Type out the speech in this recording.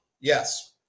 Yes